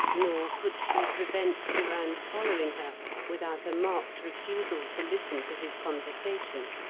nor could she prevent durand following her without a marked refusal to listen to his conversation,